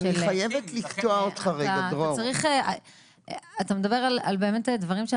אתה מדבר על דברים,